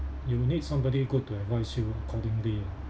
you need somebody good to advise you accordingly